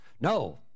No